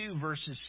verses